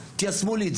תיישמו לי את זה.